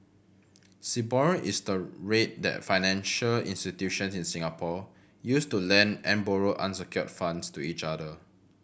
Sibor is the rate that financial institutions in Singapore use to lend and borrow unsecured funds to each other